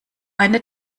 eine